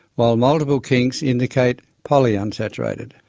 while multiple kinks indicate polyunsaturated.